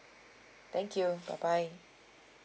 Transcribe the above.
thank you bye bye